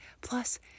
Plus